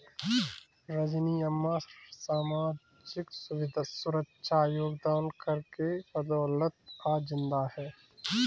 रजनी अम्मा सामाजिक सुरक्षा योगदान कर के बदौलत आज जिंदा है